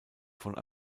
von